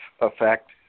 effect